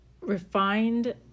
Refined